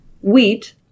wheat